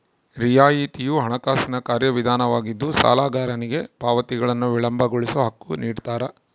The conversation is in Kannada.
ರಿಯಾಯಿತಿಯು ಹಣಕಾಸಿನ ಕಾರ್ಯವಿಧಾನವಾಗಿದ್ದು ಸಾಲಗಾರನಿಗೆ ಪಾವತಿಗಳನ್ನು ವಿಳಂಬಗೊಳಿಸೋ ಹಕ್ಕು ನಿಡ್ತಾರ